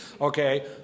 okay